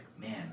man